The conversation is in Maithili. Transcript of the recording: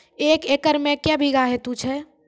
एक एकरऽ मे के बीघा हेतु छै?